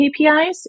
KPIs